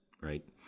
right